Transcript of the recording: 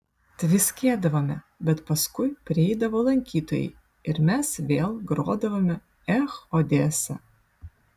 tviskėdavome bet paskui prieidavo lankytojai ir mes vėl grodavome ech odesa